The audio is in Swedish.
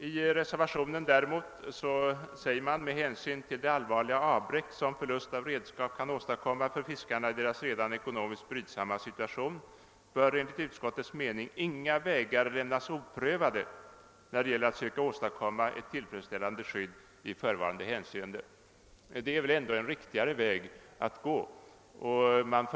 I reservationen säger man däremot: »Med hänsyn till det allvarliga avbräck som förlust av fiskredskap kan åstadkomma för fiskarna i deras redan ekonomiskt brydsamma situation bör enligt utskottets mening inga vägar lämnas oprövade när det gäller att söka åstadkomma ett tillfredsställande skydd i förevarande hänseende.» Detta är väl ändå ett riktigare sätt att se på saken?